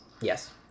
Yes